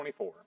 24